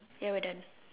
ya we're done